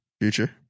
Future